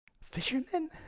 Fisherman